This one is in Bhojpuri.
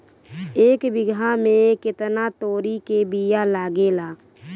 एक बिगहा में केतना तोरी के बिया लागेला?